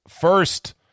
First